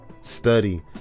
study